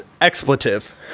expletive